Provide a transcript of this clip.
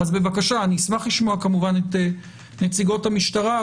אני אשמח לשמוע כמובן את נציגות המשטרה,